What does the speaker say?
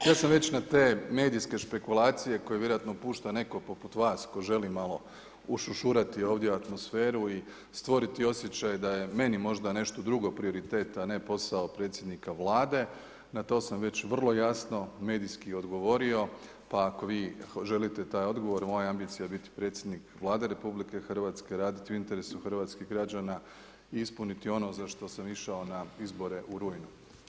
Ja sam već na te medijske špekulacije koje vjerojatno pušta netko poput vas, tko želi malo ušušurati ovdje atmosferu i stvoriti osjećaje da je meni možda nešto drugo prioritet a ne posao predsjednika Vlade, na to sam već vrlo jasno medijski odgovorio, pa ako vi želite taj odgovor, moja ambicija je biti predsjednik Vlade RH, raditi u interesu Hrvatskih građana, ispuniti ono za što sam išao na izbore u rujnu.